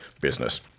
business